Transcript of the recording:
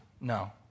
No